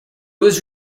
was